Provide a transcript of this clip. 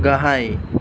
गाहाय